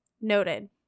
Noted